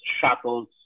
shuttles